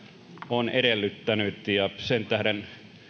on edellyttänyt ja sen tähden